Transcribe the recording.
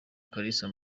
kalisa